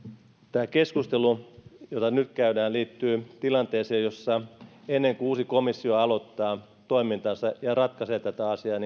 tämä keskustelu jota nyt käydään liittyy tilanteeseen jossa ennen kuin uusi komissio aloittaa toimintansa ja ratkaisee tätä asiaa